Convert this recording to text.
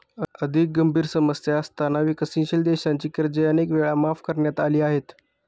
अधिक गंभीर समस्या असताना विकसनशील देशांची कर्जे अनेक वेळा माफ करण्यात आली आहेत